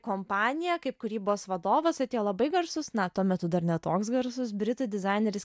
kompaniją kaip kūrybos vadovas atėjo labai garsus na tuo metu dar ne toks garsus britų dizaineris